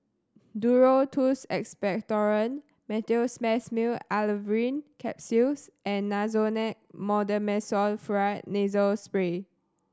Duro Tuss Expectorant Meteospasmyl Alverine Capsules and Nasonex Mometasone Furoate Nasal Spray